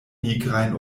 nigrajn